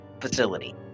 facility